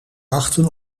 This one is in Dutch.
wachten